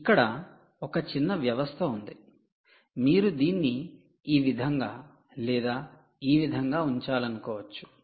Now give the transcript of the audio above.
ఇక్కడ ఒక చిన్న వ్యవస్థ ఉంది మీరు దీన్ని ఈ విధంగా లేదా ఈ విధంగా ఉంచాలనుకోవచ్చు